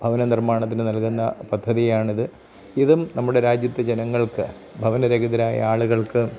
ഭാവന നിർമാണത്തിന് നൽകുന്ന പദ്ധതിയാണിത് ഇതും നമ്മുടെ രാജ്യത്തെ ജനങ്ങൾക്ക് ഭവന രഹിതരായ ആളുകൾക്ക്